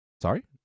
Sorry